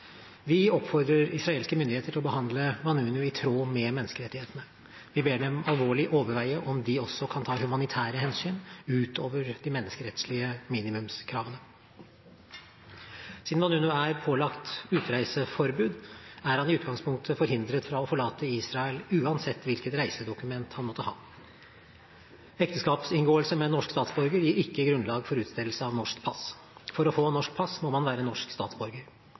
Vi oppfordrer israelske myndigheter til å behandle Vanunu i tråd med menneskerettighetene. Vi ber dem alvorlig overveie om de også kan ta humanitære hensyn utover de menneskerettslige minimumskravene. Siden Vanunu er pålagt utreiseforbud, er han i utgangspunktet forhindret fra å forlate Israel, uansett hvilket reisedokument han måtte ha. Ekteskapsinngåelse med en norsk statsborger gir ikke grunnlag for utstedelse av norsk pass. For å få norsk pass må man være norsk statsborger.